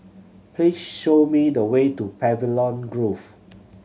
please show me the way to Pavilion Grove